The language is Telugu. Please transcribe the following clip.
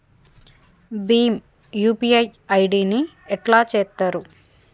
భీమ్ యూ.పీ.ఐ ఐ.డి ని ఎట్లా చేత్తరు?